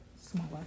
smaller